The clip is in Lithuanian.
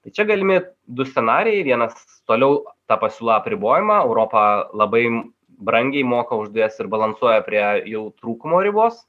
tai čia galimi du scenarijai vienas toliau ta pasiūla apribojama europa labai brangiai moka už dujas ir balansuoja prie jų trūkumo ribos